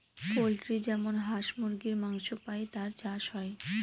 poultry যেমন হাঁস মুরগীর মাংস পাই তার চাষ হয়